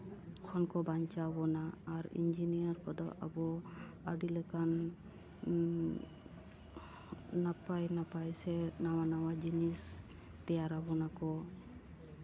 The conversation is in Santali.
ᱠᱷᱚᱱ ᱠᱚ ᱵᱟᱧᱪᱟᱣ ᱵᱚᱱᱟ ᱟᱨ ᱤᱧᱡᱤᱱᱤᱭᱟᱨ ᱠᱚᱫᱚ ᱟᱵᱚ ᱟᱹᱰᱤ ᱞᱮᱠᱟᱱ ᱱᱟᱯᱟᱭ ᱱᱟᱯᱟᱭ ᱥᱮ ᱱᱟᱣᱟ ᱱᱟᱣᱟ ᱡᱤᱱᱤᱥ ᱛᱮᱭᱟᱨᱟᱵᱚᱱᱟ ᱠᱚ